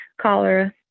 cholera